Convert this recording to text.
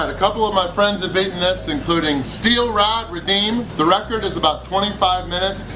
ah couple of my friends have beaten this, including steel-rod radim, the record is about twenty five minutes!